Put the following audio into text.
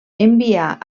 envià